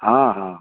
हाँ हाँ